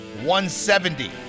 170